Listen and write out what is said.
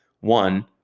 One